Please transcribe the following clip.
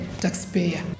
taxpayer